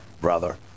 brother